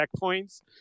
checkpoints